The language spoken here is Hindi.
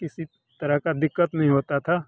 किसी तरह की दिक़्क़त नहीं होती थी